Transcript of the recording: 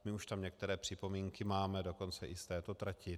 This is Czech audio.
My už tam některé připomínky máme, dokonce i z této trati.